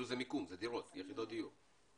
מיקום, דירות, יחידות דיור.